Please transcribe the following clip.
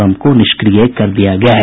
बम को निष्क्रिय कर दिया गया है